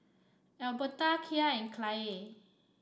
Albertha Kya and Kyleigh